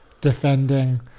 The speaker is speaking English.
defending